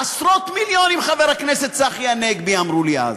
עשרות מיליונים, חבר הכנסת צחי הנגבי, אמרו לי אז.